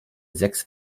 sechs